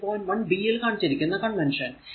1 b യിൽ കാണിച്ചിരിക്കുന്ന convention